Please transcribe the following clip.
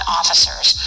officers